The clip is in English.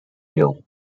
hill